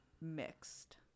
mixed